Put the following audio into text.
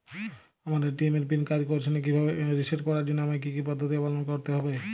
আমার এ.টি.এম এর পিন কাজ করছে না রিসেট করার জন্য আমায় কী কী পদ্ধতি অবলম্বন করতে হবে?